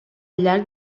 llarg